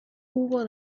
hubo